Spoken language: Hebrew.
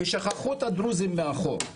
ושכחו את הדרוזים מאחור.